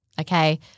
Okay